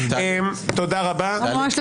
תודה רבה.